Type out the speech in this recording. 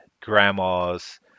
grandmas